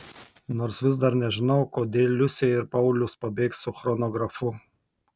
nors vis dar nežinau kodėl liusė ir paulius pabėgs su chronografu